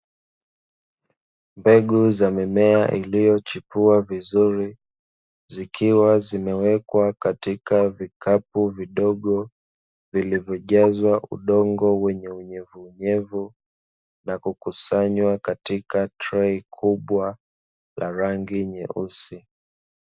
Mbegu za mimea iliyochipua vizuri, zikiwa zimewekwa katika vikapu vidogo vilivyojazwa udongo wenye unyevuunyevu na kukusanywa katika trei kubwa la rangi nyeusi.